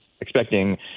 expecting